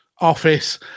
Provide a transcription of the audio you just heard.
office